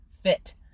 Fit